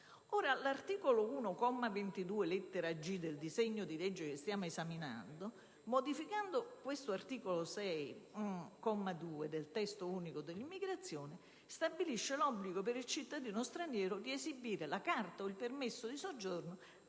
L'articolo 1, comma 22, lettera *g)* del disegno di legge che stiamo esaminando, modificando l'articolo 6, comma 2, del Testo unico dell'immigrazione, stabilisce l'obbligo per il cittadino straniero di esibire la carta o il permesso di soggiorno